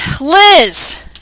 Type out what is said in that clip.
Liz